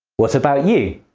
what about you?